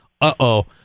uh-oh